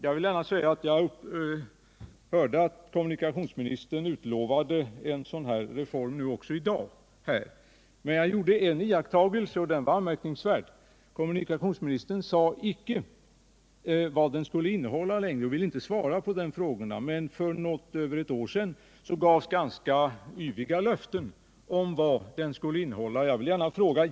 Jag hörde att kommunikationsministern även i dag utlovade en sådan reform. Men jag gjorde en iakttagelse, och den var anmärkningsvärd. Kommunikationsministern säger icke längre vad denna reform skall innehålla, och han ville inte svara på frågor om det. Men för något över ett år sedan gavs ganska yviga löften om vad reformen skulle innehålla.